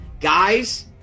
guys